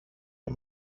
και